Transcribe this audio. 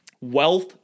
Wealth